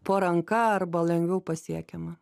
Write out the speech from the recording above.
po ranka arba lengviau pasiekiama